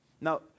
Now